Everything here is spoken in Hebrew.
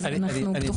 אז אנחנו באמת פתוחים.